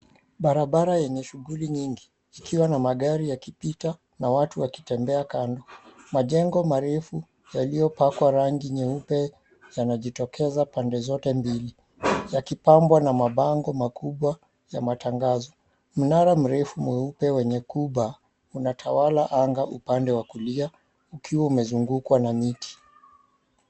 Barabara yenye shughuli nyingi zikiwa na magari yakipita na watu wakitembea kando. Majengo marefu yaliyopakwa rangi nyeupe yanajitokeza pande zote mbili yakipambwa na mabango makubwa ya matangazo. Mnara mrefu mweupe wenye kuba, unatawala anga upande wa kulia ukiwa umezungukwa na miti.